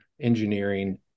engineering